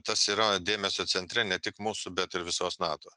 tas yra dėmesio centre ne tik mūsų bet ir visos nato